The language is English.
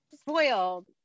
spoiled